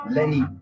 Lenny